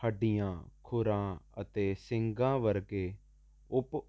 ਹੱਡੀਆਂ ਖੁਰਾ ਅਤੇ ਸਿੰਘਾਂ ਵਰਗੇ ਉਪ